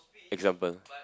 example